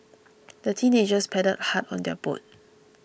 the teenagers paddled hard on their boat